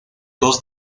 dos